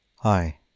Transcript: Hi